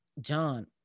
John